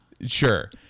Sure